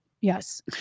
yes